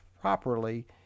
properly